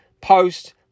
post